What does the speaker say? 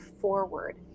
forward